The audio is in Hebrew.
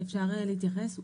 מישהו שאפשר להתקשר אליו.